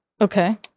okay